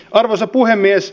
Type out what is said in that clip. arvoisa puhemies